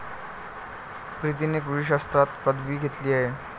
प्रीतीने कृषी शास्त्रात पदवी घेतली आहे